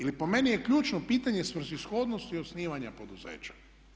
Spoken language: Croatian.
Ili po meni je ključno pitanje svrsishodnost osnivanja poduzeća.